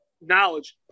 knowledge